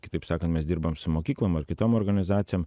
kitaip sakant mes dirbam su mokyklom ar kitom organizacijom